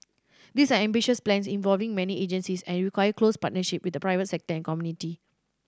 these are ambitious plans involving many agencies and require close partnership with the private sector and community